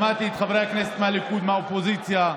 שמעתי את חברי הכנסת מהליכוד, מהאופוזיציה,